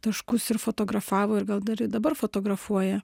taškus ir fotografavo ir gal dar ir dabar fotografuoja